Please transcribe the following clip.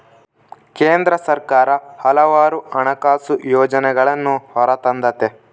ಕೇಂದ್ರ ಸರ್ಕಾರ ಹಲವಾರು ಹಣಕಾಸು ಯೋಜನೆಗಳನ್ನೂ ಹೊರತಂದತೆ